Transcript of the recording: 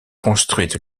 construites